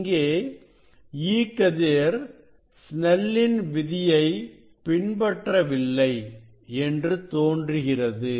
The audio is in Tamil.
இங்கே E கதிர் சினெல்லின் விதியை பின்பற்றவில்லை என்று தோன்றுகிறது